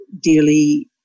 daily